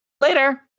later